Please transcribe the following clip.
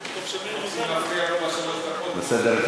אור השמש יחדרו סוף-סוף לקופסה השחורה ששמהּ קרן קיימת,